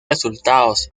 resultados